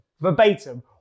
verbatim